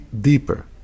deeper